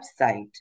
website